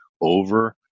over